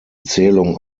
zählung